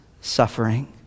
suffering